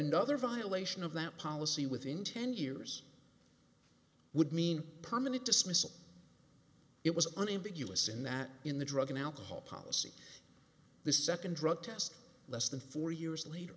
another violation of that policy within ten years would mean permanent dismissal it was unambiguous in that in the drug and alcohol policy the second drug test less than four years later